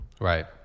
Right